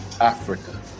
Africa